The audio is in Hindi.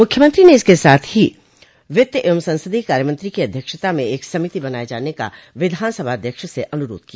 मुख्यमंत्री ने इसके साथ ही वित्त एवं संसदीय कार्यमंत्री की अध्यक्षता में एक समिति बनाये जाने का विधानसभा अध्यक्ष से अनुरोध किया